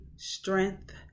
strength